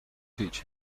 teach